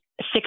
six